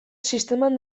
sisteman